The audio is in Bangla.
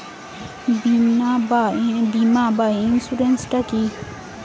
বিমা বা ইন্সুরেন্স টা কি?